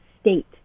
state